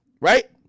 right